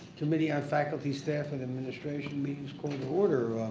committee on faculty, staff and administration meeting is going to order.